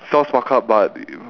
sounds fuck up but i~